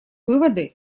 выводы